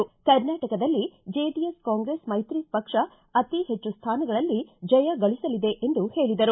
ಕರ್ನಾಟಕದಲ್ಲಿ JDS Congress ಮೈತ್ರಿ ಪಕ್ಷ ಅತೀ ಹೆಚ್ಚು ಸ್ಥಾನಗಳಲ್ಲಿ ಜಯ ಗಳಿಸಲಿದೆ ಎಂದು ಹೇಳಿದರು